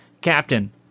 Captain